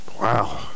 Wow